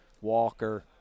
Walker